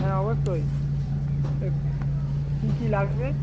হ্যাঁ অবশ্যই কী কী লাগবে